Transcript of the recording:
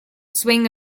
swing